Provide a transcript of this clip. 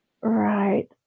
Right